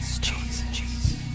Jesus